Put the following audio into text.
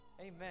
Amen